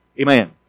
Amen